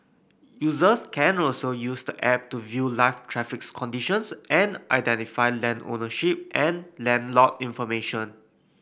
users can also use the app to view live traffic conditions and identify land ownership and land lot information